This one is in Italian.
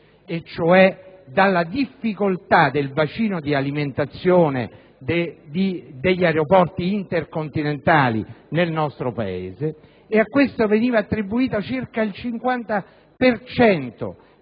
cioè dalla difficoltà del bacino di alimentazione degli aeroporti intercontinentali nel nostro Paese, e a questo veniva attribuito circa il 50